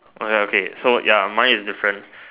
okay so ya mine is different